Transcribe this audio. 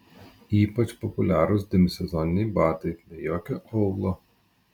ypač populiarūs demisezoniniai batai be jokio aulo